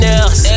else